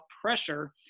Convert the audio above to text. pressure